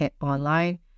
online